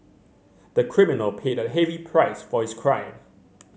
the criminal paid a heavy price for his crime